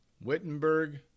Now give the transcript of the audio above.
Wittenberg